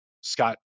Scott